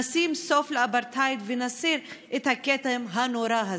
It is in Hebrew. נשים סוף לאפרטהייד ונסיר את הכתם הנורא הזה.